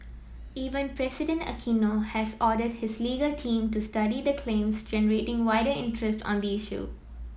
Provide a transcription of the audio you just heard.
Even President Aquino has ordered his legal team to study the claims generating wider interest on the issue